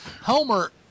Homer